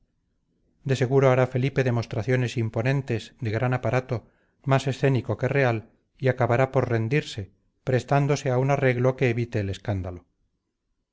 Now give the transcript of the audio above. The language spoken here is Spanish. de seguro hará felipe demostraciones imponentes de gran aparato más escénico que real y acabará por rendirse prestándose a un arreglo que evite el escándalo